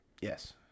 Yes